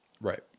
right